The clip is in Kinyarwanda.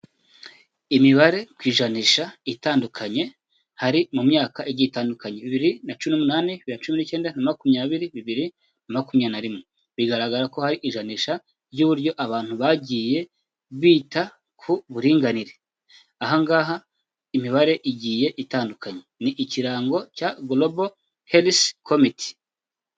Imibare kw'ijanisha itandukanye hari mu myaka igiye itandukanye bibiri na cumi n'umunani, bibiri nacumi n'icyenda na makumyabiri, bibiri na makumyabiri na rimwe bigaragara ko hari ijanisha ry'uburyo abantu bagiye bita ku buringanire ahangaha imibare igiye itandukanye ni ikirango cya global hels commit.